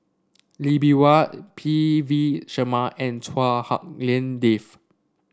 Lee Bee Wah P V Sharma and Chua Hak Lien Dave